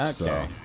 Okay